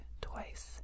Twice